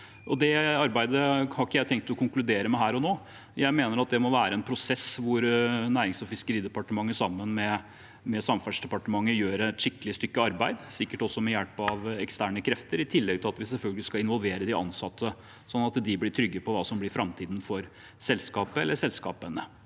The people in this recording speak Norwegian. Det arbeidet har ikke jeg tenkt å konkludere på her og nå. Jeg mener at det må være en prosess hvor Nærings- og fiskeridepartementet sammen med Samferdselsdepartementet gjør et skikkelig stykke arbeid, sikkert også med hjelp av eksterne krefter, i tillegg til at vi selvfølgelig skal involvere de ansatte, slik at de blir trygge på hva som blir framtiden for selskapet eller selskapene.